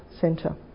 Centre